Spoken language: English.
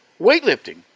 Weightlifting